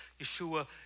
Yeshua